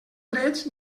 drets